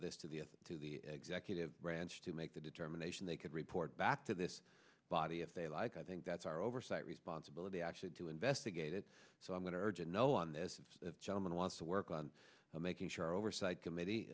this to the to the executive branch to make the determination they could report back to this body if they like i think that's our oversight responsibility actually to investigate it so i'm going to urge it no on this gentleman wants to work on making sure our oversight committee